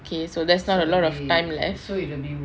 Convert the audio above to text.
okay so that's not a lot of time left